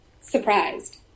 surprised